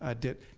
ah did.